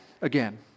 again